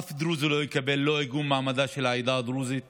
אף דרוזי לא יקבל לא עיגון מעמדה של העדה הדרוזית